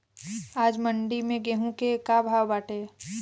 आज मंडी में गेहूँ के का भाव बाटे?